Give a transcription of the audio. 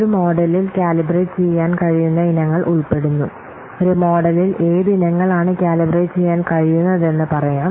ഒരു മോഡലിൽ കാലിബ്രേറ്റ് ചെയ്യാൻ കഴിയുന്ന ഇനങ്ങൾ ഉൾപ്പെടുന്നു ഒരു മോഡലിൽ ഏത് ഇനങ്ങളാണ് കാലിബ്രേറ്റ് ചെയ്യാൻ കഴിയുന്നതെന്ന് പറയാം